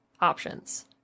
options